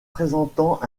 présentant